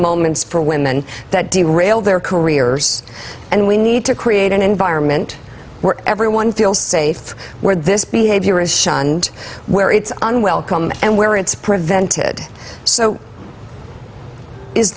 moments for women that do rail their careers and we need to create an environment where everyone feels safe where this behavior is shunned where it's unwelcome and where it's prevented so is